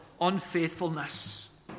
unfaithfulness